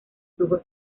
flujo